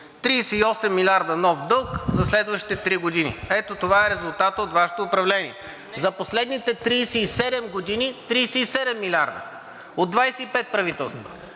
38 милиарда нов дълг за следващите три години. Ето това е резултатът от Вашето управление. За последните 37 години – 37 милиарда от 25 правителства.